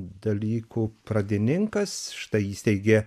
dalykų pradininkas štai įsteigė